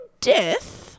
death